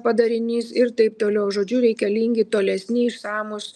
padarinys ir taip toliau žodžiu reikalingi tolesni išsamūs